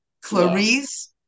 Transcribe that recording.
Clarice